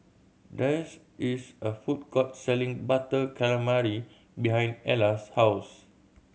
there's is a food court selling Butter Calamari behind Ella's house